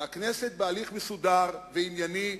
והכנסת, בהליך מסודר וענייני,